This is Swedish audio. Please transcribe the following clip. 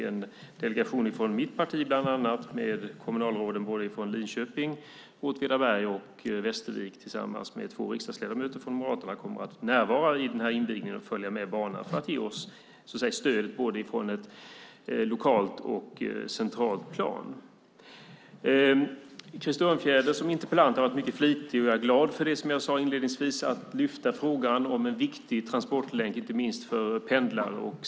En delegation från bland annat mitt parti med kommunalråden från Linköping, Åtvidaberg och Västervik tillsammans med två riksdagsledamöter från Moderaterna kommer att närvara vid invigningen och följa med banan för att ge stöd från både lokalt och centralt plan. Krister Örnfjäder har varit mycket flitig som interpellant. Som jag sade inledningsvis är jag glad för att han lyfter fram frågan om en viktig transportlänk, inte minst för pendlare.